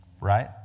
right